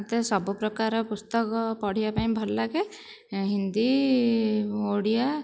ମୋତେ ସବୁପ୍ରକାର ପୁସ୍ତକ ପଢ଼ିବା ପାଇଁ ଭଲ ଲାଗେ ହିନ୍ଦୀ ଓଡ଼ିଆ